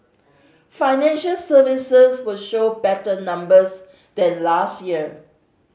financial services will show better numbers than last year